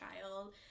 child